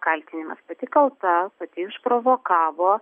kaltinimas pati kalta pati išprovokavo